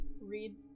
read